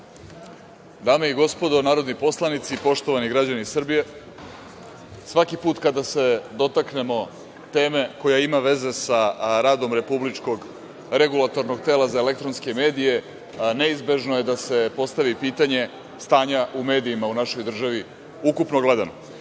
i gospodo narodni poslanici, poštovani građani Srbije, svaki put kada se dotaknemo teme koja ima veze sa radom Republičkog regulatornog tela za elektronske medije neizbežno je da se postavi pitanje stanja u medijima u našoj državi, ukupno gledano.